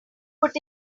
put